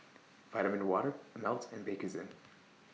Vitamin Water Ameltz and Bakerzin